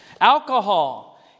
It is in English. Alcohol